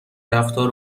رفتار